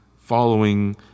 following